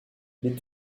les